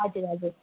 हजुर हजुर